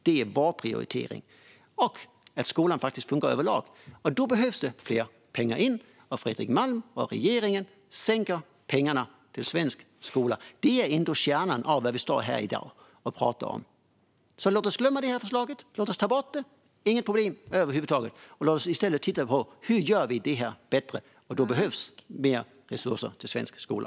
Detta är vår prioritering - och att skolan faktiskt funkar överlag, och då behövs det mer pengar in. Och Fredrik Malm och regeringen drar ned på pengarna till svensk skola. Det är ändå kärnan i det vi pratar om här i dag. Låt oss alltså glömma det här förslaget! Låt oss ta bort det - inget problem över huvud taget - och i stället titta på hur vi gör detta bättre! Och då behövs mer resurser till svensk skola.